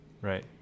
Right